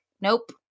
nope